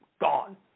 gone